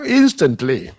instantly